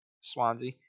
Swansea